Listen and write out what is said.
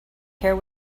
care